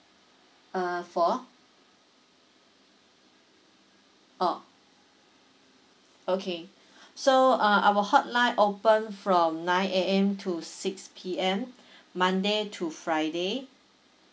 err for oh okay so uh our hotline open from nine A_M to six P_M monday to friday